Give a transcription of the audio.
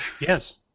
Yes